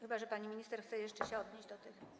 Chyba że pani minister chce jeszcze się odnieść do tego.